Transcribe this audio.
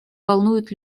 волнует